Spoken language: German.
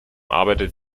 arbeitet